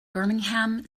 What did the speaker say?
birmingham